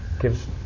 gives